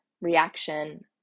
reaction